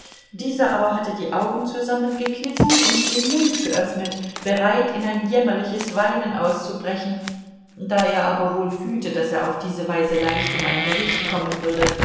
dieser aber hatte die augen zusammengekniffen und den mund geöffnet bereit in ein jämmerliches weinen auszubrechen da er aber wohl fühlte daß er auf diese weise leicht um ein gericht kommen würde